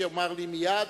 שיאמר לי מייד,